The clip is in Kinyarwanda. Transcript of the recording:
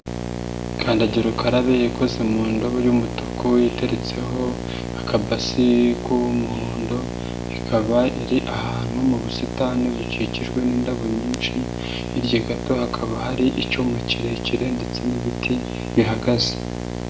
Kandagira ukararabe ikoze mu ndobo y'umutuku iteretseho akabasi k'umuhondo, ikaba iri ahantu mu busitani bukikijwe n'indabo nyinshi, hirya gato hakaba hari icyuma kirekire ndetse n'ibiti bihagaze.